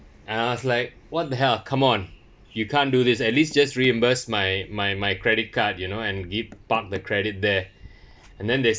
and I was like what the hell come on you can't do this at least just reimburse my my my credit card you know and give park the credit there and then they